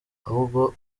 ahubwo